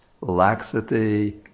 laxity